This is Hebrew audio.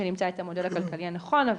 שנמצא את המודל הכלכלי הנכון,